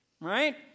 right